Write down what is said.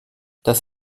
das